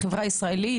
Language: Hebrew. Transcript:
החברה הישראלית,